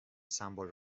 سمبل